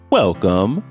welcome